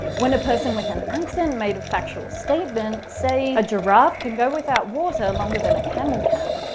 when a person with an accent made a factual statement, say a giraffe can go without water longer than a camel can,